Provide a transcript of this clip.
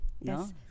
Yes